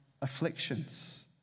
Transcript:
afflictions